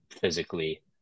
physically